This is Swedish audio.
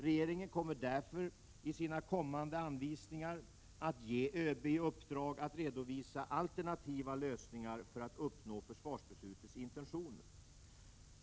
Regeringen kommer därför att i sina kommande anvisningar ge ÖB i uppdrag att redovisa alternativa lösningar för att uppnå försvarsbeslutets intentioner.